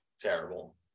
terrible